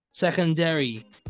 Secondary